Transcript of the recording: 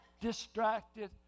distracted